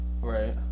Right